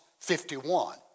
51